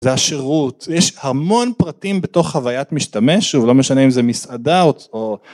זה השירות יש המון פרטים בתוך חוויית משתמש ולא משנה אם זה מסעדה או